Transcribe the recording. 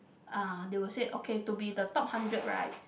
!ah! they will say okay to be the top hundred right